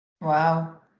Wow